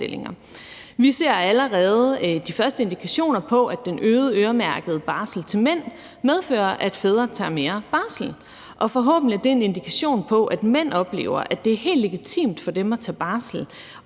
Vi ser allerede de første indikationer på, at den øgede øremærkede barsel til mænd medfører, at fædre tager mere barsel, og forhåbentlig er det en indikation på, at mænd oplever, at det er helt legitimt for dem at tage barsel